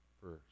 first